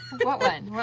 what one? what